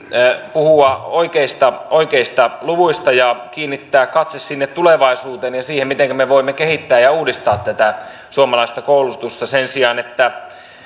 puhua oikeista luvuista ja kiinnittää katse sinne tulevaisuuteen ja siihen mitenkä me voimme kehittää ja uudistaa tätä suomalaista koulutusta sen sijaan että